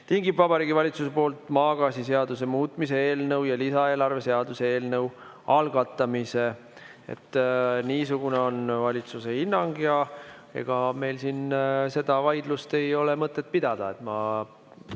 tingib Vabariigi Valitsuse poolt maagaasiseaduse muutmise eelnõu ja lisaeelarve seaduse eelnõu algatamise. Niisugune on valitsuse hinnang ja seda vaidlust ei ole meil